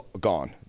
gone